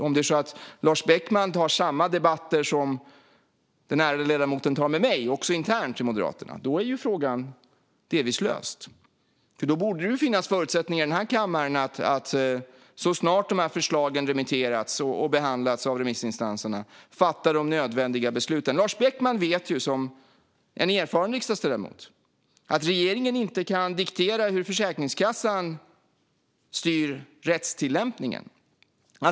Om det är så att Lars Beckman tar samma debatter som den ärade ledamoten tar med mig också internt i Moderaterna är frågan delvis löst. Då borde det finnas förutsättningar att i den här kommaren, så snart förslagen har remitterats och behandlats av remissinstanserna, fatta de nödvändiga besluten. Lars Beckman vet som en erfaren riksdagsledamot att regeringen inte kan diktera hur Försäkringskassan styr rättstillämpningen.